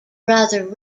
rather